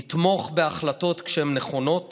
נתמוך בהחלטות כשהן נכונות